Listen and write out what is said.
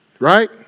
Right